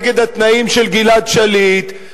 נגד התנאים של גלעד שליט,